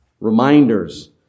reminders